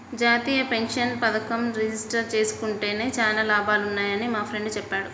జాతీయ పెన్షన్ పథకంలో రిజిస్టర్ జేసుకుంటే చానా లాభాలున్నయ్యని మా ఫ్రెండు చెప్పాడు